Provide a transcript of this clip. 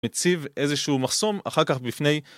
מציב איזשהו מחסום אחר כך בפני